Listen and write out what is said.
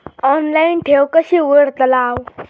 Online ठेव कशी उघडतलाव?